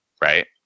right